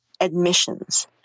Admissions